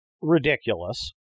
ridiculous